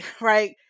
right